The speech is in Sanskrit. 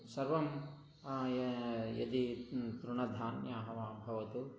सर्वं यदि तृणधान्यानि वा भवन्तु